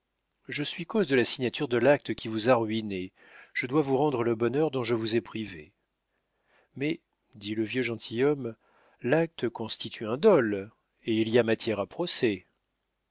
je suis cause de la signature de l'acte qui vous a ruiné je dois vous rendre le bonheur dont je vous ai privé mais dit le vieux gentilhomme l'acte constitue un dol et il y a matière à procès